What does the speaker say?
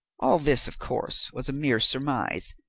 all this, of course, was a mere surmise,